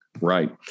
Right